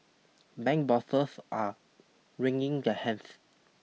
bank bosses are wringing their hands